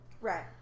Right